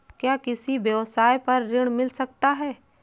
क्या किसी व्यवसाय पर ऋण मिल सकता है?